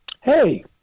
Hey